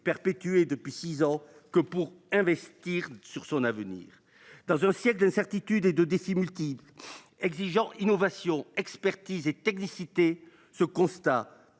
perpétuées depuis six ans, que pour investir dans son avenir. Dans un siècle d’incertitudes et de défis multiples, exigeant innovation, expertise et technicité, ce constat